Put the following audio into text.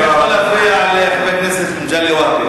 אבקש לא להפריע לחבר הכנסת מגלי והבה.